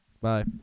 Bye